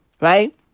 Right